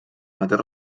mateix